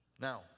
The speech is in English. Now